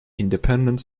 independent